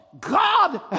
God